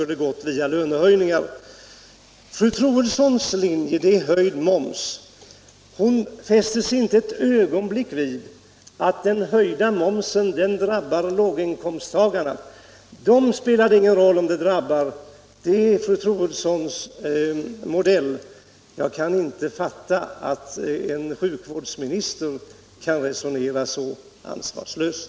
Fru Troedssons linje är höjd moms. Hon fäster sig inte ett ögonblick vid att den höjda momsen drabbar låginkomsttagarna. Det spelar ingen roll om det drabbar dem, det är fru Troedssons modell. Jag kan inte fatta att en sjukvårdsminister kan resonera så ansvarslöst.